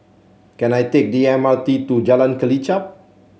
can I take the M R T to Jalan Kelichap